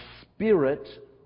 spirit